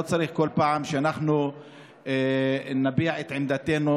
לא צריך כל פעם שאנחנו נביע את עמדתנו